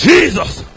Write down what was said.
Jesus